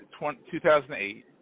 2008